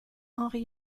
henri